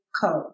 code